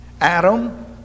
Adam